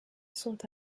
sont